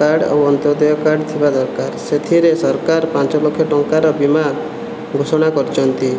card ଓ Antyodaya card ଥିବା ଦରକାର ସେଥିରେ ସରକାର ପାଞ୍ଚ ଲକ୍ଷ ଟଙ୍କାର ବୀମା ଘୋଷଣା କରିଛନ୍ତି